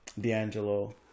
D'Angelo